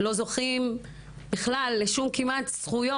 לא זוכים כמעט לאף זכות.